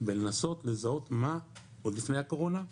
בלנסות לזהות, עוד לפני הקורונה,